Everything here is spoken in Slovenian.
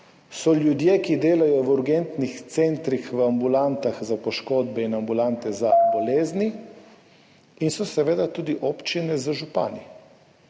so ljudje, ki delajo v urgentnih centrih, v ambulantah za poškodbe in ambulantah za bolezni in so seveda tudi občine z župani.